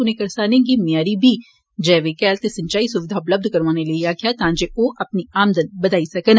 उनें करसानें गी मयारी बीह् जैविक हैल ते सिंचाई सुविध उपलब्ध करौआने लेई आक्खेआ तां जे ओ अपनी आमदन बदाई सकन